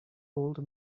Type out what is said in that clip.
old